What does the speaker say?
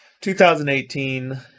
2018